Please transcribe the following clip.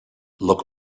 look